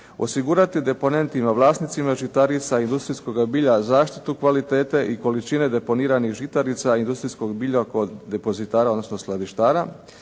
osigurati deponentima, vlasnicima žitarica i industrijskoga bilja zaštitu kvalitete i količine deponiranih žitarica i industrijskog bilja kod depozitara odnosno skladištara